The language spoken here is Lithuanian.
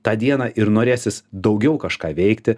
tą dieną ir norėsis daugiau kažką veikti